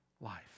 life